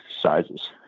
sizes